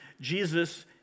Jesus